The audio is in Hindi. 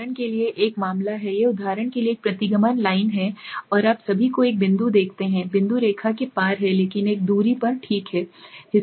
तो यह एक उदाहरण के लिए एक मामला है यह उदाहरण के लिए एक प्रतिगमन लाइन है और आप सभी को एक बिंदु देखते हैं बिंदु रेखा के पार हैं लेकिन एक दूरी पर ठीक है